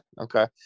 okay